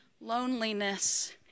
loneliness